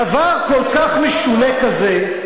דבר כל כך משונה כזה.